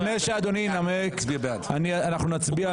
לפני שאדוני ינמק אנחנו נצביע.